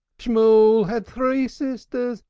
shmool had three sisters.